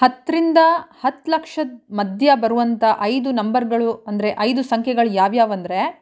ಹತ್ತರಿಂದ ಹತ್ತು ಲಕ್ಷದ ಮಧ್ಯ ಬರುವಂಥ ಐದು ನಂಬರುಗಳು ಅಂದರೆ ಐದು ಸಂಖ್ಯೆಗಳ್ ಯಾವು ಯಾವಂದ್ರೆ